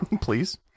Please